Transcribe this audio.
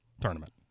tournament